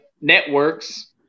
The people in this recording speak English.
networks